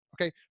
Okay